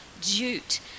jute